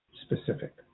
specific